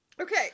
Okay